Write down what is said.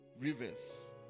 rivers